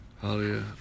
hallelujah